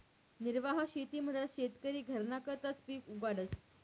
निर्वाह शेतीमझार शेतकरी घरना करताच पिक उगाडस